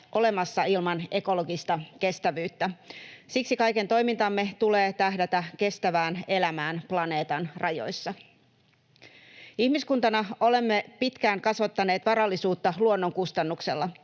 olemassa ilman ekologista kestävyyttä. Siksi kaiken toimintamme tulee tähdätä kestävään elämään planeetan rajoissa. Ihmiskuntana olemme pitkään kasvattaneet varallisuutta luonnon kustannuksella.